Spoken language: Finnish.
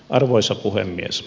arvoisa puhemies